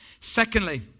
Secondly